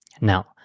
Now